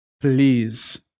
Please